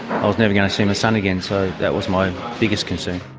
i was never going to see my son again, so that was my biggest concern.